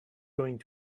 going